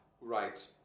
Right